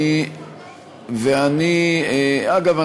אגב,